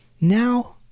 now